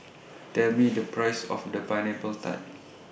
Tell Me The Price of The Pineapple Tart